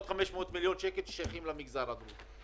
500 מיליון שקל ששייכים למגזר הדרוזי.